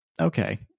okay